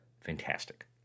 fantastic